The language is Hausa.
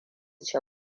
ci